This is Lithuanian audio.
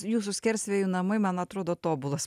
jūsų skersvėjų namai man atrodo tobulas